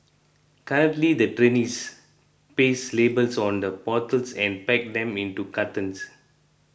currently the trainees paste labels on the bottles and pack them into cartons